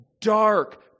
dark